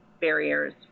barriers